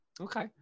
Okay